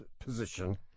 position